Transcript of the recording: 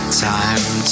time